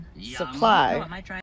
supply